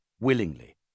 willingly